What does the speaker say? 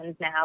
now